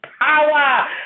power